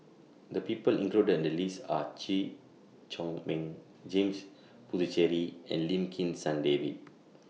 The People included in The list Are Chew Chor Meng James Puthucheary and Lim Kim San David